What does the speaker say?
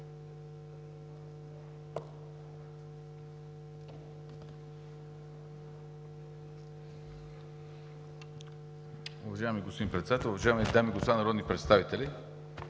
Уважаеми господин Председател, уважаеми дами и господа народни представители!